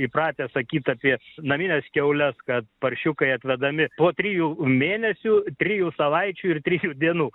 įpratę sakyt apie namines kiaules kad paršiukai atvedami po trijų mėnesių trijų savaičių ir trijų dienų